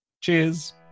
Cheers